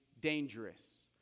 dangerous